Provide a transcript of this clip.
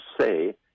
say